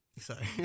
Sorry